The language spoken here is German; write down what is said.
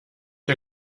der